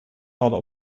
hadden